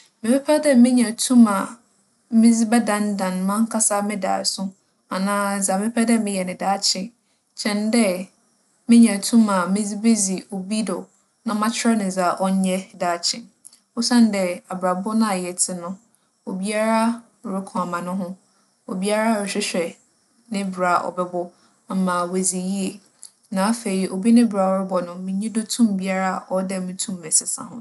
Mebɛpɛ dɛ menya tum a medze bɛdandan marankasa me daaso anaa dza mepɛ dɛ meyɛ no daakye kyɛn dɛ menya tum a medze bedzi obi do na makyerɛ no dza ͻnyɛ daakye. Osiandɛ, abrabͻ no a yɛtse no, obiara roko ama noho. Obiara rohwehwɛ ne bra a ͻbͻbͻ ama oeedzi yie. Na afei, obi ne bra a ͻrobͻbͻ no, minnyi do tum biara a ͻwͻ dɛ mutum mesesa hͻn.